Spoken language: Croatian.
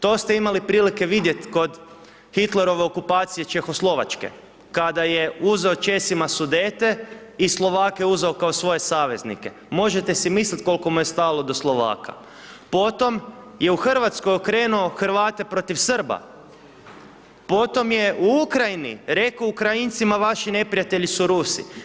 To ste imali prilike vidjet kod Hitlerove okupacije Čehoslovačke, kada je uzeo Česima Sudete i Slovake uzeo kao svoje saveznike, Možete si mislit kolko mu je stalo do Slovaka, potom je u Hrvatskoj okrenuo Hrvate protiv Srba, potom je u Ukrajini reko Ukrajincima vaši neprijatelji su Rusi.